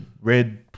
red